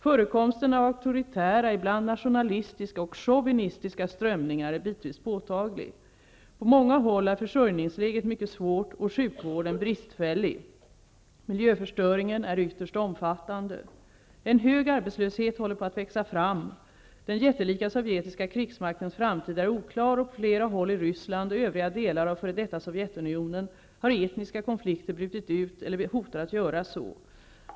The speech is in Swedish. Förekomsten av auktoritära, ibland nationalistiska och chauvinistiska strömningar är bitvis påtaglig. På många håll är försörjningsläget mycket svårt och sjukvården bristfällig. Miljöförstöringen är ytterst omfattande. En hög arbetslöshet håller på att växa fram. Den jättelika sovjetiska krigsmaktens framtid är oklar och på flera håll i Ryssland och övriga delar av f.d. Sovjetunionen har etniska konflikter brutit ut eller hotar att göra så.